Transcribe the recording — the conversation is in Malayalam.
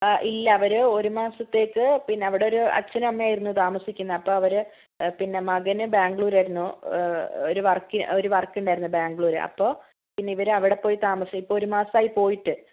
ഇല്ല അവർ ഒരു മാസത്തേക്ക് പിന്നെ അവിടെയൊരു അച്ഛനും അമ്മായുമായിരുന്നു താമസിക്കുന്നത് അപ്പോൾ അവർ പിന്നെ മകന് ബാംഗ്ലൂരായിരുന്നു ഒരു വർക്കി ഒരു വർക്ക് ഉണ്ടായിരുന്നു ബാംഗ്ലൂർ അപ്പോൾ പിന്നെ ഇവർ അവിടെ പോയി താമസി ഇപ്പോൾ ഒരു മാസമായി പോയിട്ട്